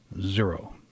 zero